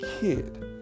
kid